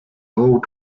all